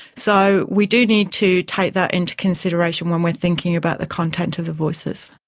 so we do need to take that into consideration when we're thinking about the content of the voices.